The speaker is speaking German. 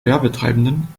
werbetreibenden